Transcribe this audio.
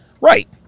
Right